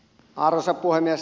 arvoisa puhemies